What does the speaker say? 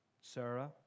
Sarah